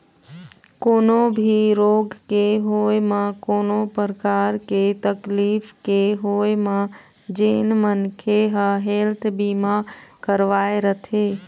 कोनो भी रोग के होय म कोनो परकार के तकलीफ के होय म जेन मनखे ह हेल्थ बीमा करवाय रथे